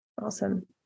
Awesome